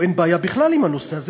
או שאין בעיה בכלל עם הנושא הזה.